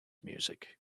music